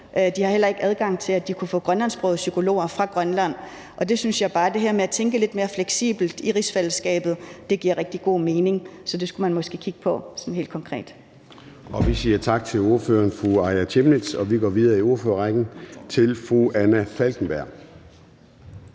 De har heller ikke adgang til at få grønlandsksprogede psykologer fra Grønland. Jeg synes bare, at det her med at tænke lidt mere fleksibelt i rigsfællesskabet giver rigtig god mening, så det skulle man måske kigge på sådan helt konkret. Kl. 22:20 Formanden (Søren Gade): Vi siger tak til ordføreren, fru Aaja Chemnitz. Og vi går videre i ordførerrækken til fru Anna Falkenberg.